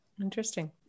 Interesting